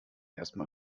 erstmal